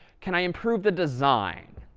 can i improve the design?